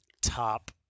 top